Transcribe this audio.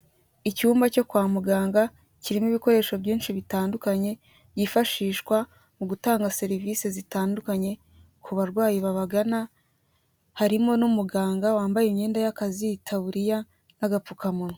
Icyumba cyo kwa muganga kirimo ibikoresho byinshi bitandukanye byifashishwa mu gutanga serivise zitandukanye ku barwayi babagana, harimo n'umuganga wambaye imyenda y'akazi itaburiya n'agapfukamunwa.